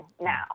now